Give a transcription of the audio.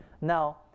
Now